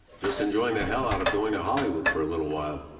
just enjoying the hell out of going to hollywood for a little while.